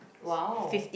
!wow!